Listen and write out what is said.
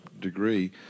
degree